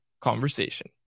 Conversation